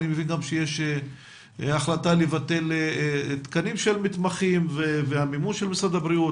אני מבין גם שיש החלטה לבטל תקנים של מתמחים והמימון של משרד הבריאות,